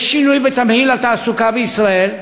יש שינוי בתמהיל התעסוקה בישראל,